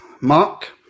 Mark